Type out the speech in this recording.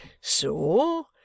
So